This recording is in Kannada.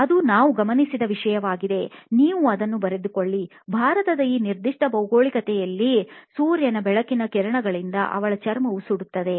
ಅದು ನಾವು ಗಮನಿಸಿದ ವಿಷಯವಾಗಿದೆ ನೀವು ಅದನ್ನು ಬರೆದುಕೊಳ್ಳಿ ಭಾರತದ ಈ ನಿರ್ದಿಷ್ಟ ಭೌಗೋಳಿಕತೆಯಲ್ಲಿ ಸೂರ್ಯನ ಬೆಳಕಿನ ಕಿರಣಗಳಿಂದ ಅವಳ ಚರ್ಮವು ಸುಡುತ್ತದೆ